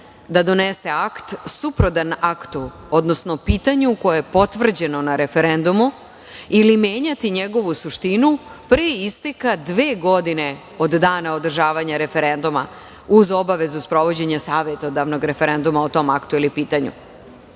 da donese akt suprotan aktu, odnosno pitanju koje je potvrđeno na referendumu ili menjati njegovu suštini pre isteka dve godine od dana održavanja referenduma, uz obavezu sprovođenja savetodavnog referenduma o tom aktu ili pitanju. Ako